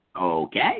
okay